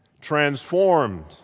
transformed